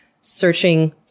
searching